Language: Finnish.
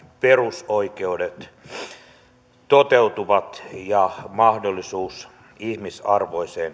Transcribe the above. perusoikeudet ja mahdollisuus ihmisarvoiseen